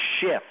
shift